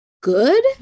good